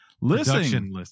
Listen